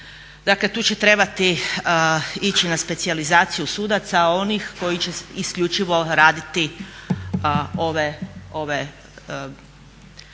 Dakle, tu će trebati ići na specijalizaciju sudaca onih koji će isključivo raditi ove